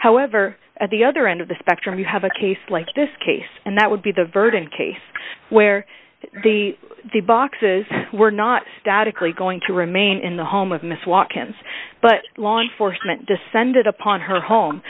however at the other end of the spectrum you have a case like this case and that would be the verdant case where the boxes were not statically going to remain in the home of miss watkins but law enforcement descended upon her home